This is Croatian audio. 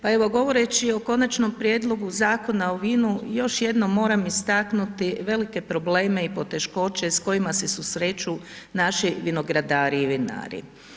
Pa evo govoreći o Konačnom prijedlogu Zakona o vinu, još jednom moram istaknuti velike probleme i poteškoće s kojima se susreću naši vinogradari i vinari.